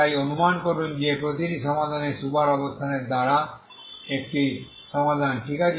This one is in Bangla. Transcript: তাই অনুমান করুন যে এটি প্রতিটি সমাধানের সুপার অবস্থানের দ্বারা একটি সমাধান ঠিক আছে